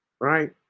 right